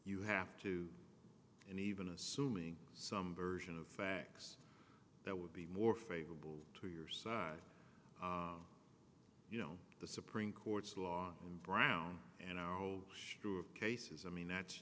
you have to and even assuming some version of facts that would be more favorable to your side you know the supreme court's law going brown and how sure are cases i mean that's